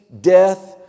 death